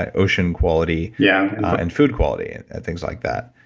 um ocean quality, yeah and food quality, and and things like that.